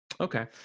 Okay